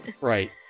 Right